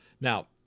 Now